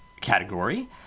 category